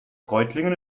reutlingen